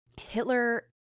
Hitler